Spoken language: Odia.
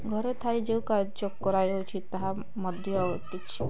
ଘରେ ଥାଇ ଯେଉଁ କାର୍ଯ୍ୟ କରାଯାଉଛି ତାହା ମଧ୍ୟ କିଛି